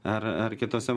ar ar kitose